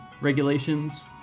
regulations